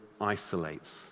isolates